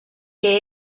que